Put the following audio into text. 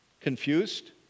confused